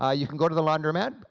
ah you can go to the laundromat.